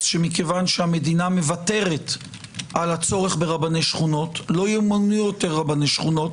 שמכיוון שהמדינה מוותרת על הצורך ברבני שכונות לא ימונו יותר רבני שכונות.